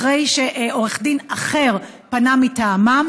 אחרי שעורך דין אחר פנה מטעמם,